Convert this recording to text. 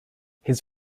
his